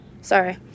Sorry